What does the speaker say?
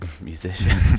musician